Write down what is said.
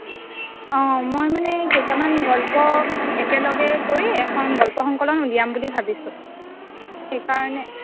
অঁ মই মানে কেইটামান গল্প একেলগে কৰি এখন গল্প সংকলন উলিয়াম বুলি ভাবিছোঁ সেইকাৰণে